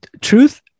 truth